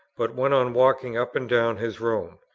but went on walking up and down his room.